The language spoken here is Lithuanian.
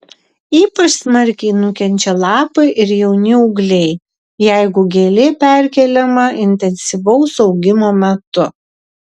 ypač smarkiai nukenčia lapai ir jauni ūgliai jeigu gėlė perkeliama intensyvaus augimo metu